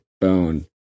bone